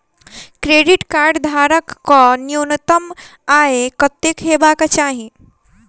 Credit card धारक कऽ न्यूनतम आय कत्तेक हेबाक चाहि?